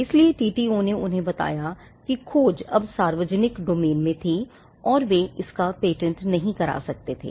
इसलिए TTO ने उन्हें बताया कि खोज अब सार्वजनिक डोमेन में थी और वे इसका पेटेंट नहीं करा सकते थे